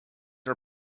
are